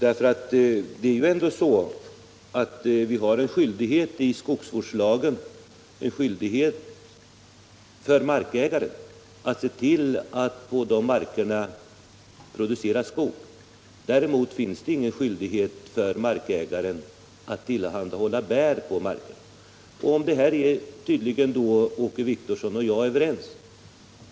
Enligt skogsvårdslagen föreligger en skyldighet för markägare att se till att producera skog på markerna. Däremot finns det ingen skyldighet för markägaren att tillhandahålla bär på markerna. Om detta är tydligen Åke Wictorsson och jag överens.